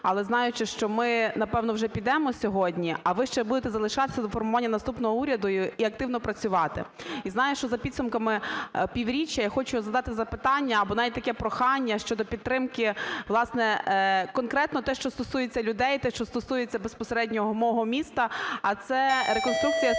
Але знаючи, що ми, напевно, вже підемо сьогодні, а ви ще будете залишатися до формування наступного уряду і активно працювати, і знаю, що за підсумками півріччя я хочу задати запитання, або навіть таке прохання, щодо підтримки, власне, конкретно те, що стосується людей, те що стосується безпосередньо мого міста, а це реконструкція стадіону